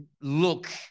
look